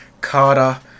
Carter